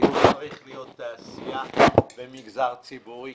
השילוב צריך להיות תעשייה ומגזר ציבורי